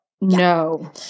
No